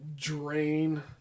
drain